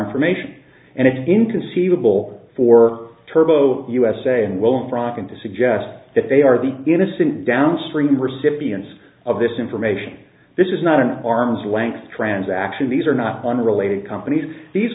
information and it's inconceivable for turbo usa and won't drop in to suggest that they are the innocent downstream recipients of this information this is not an arm's length transaction these are not unrelated companies these